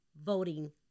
voting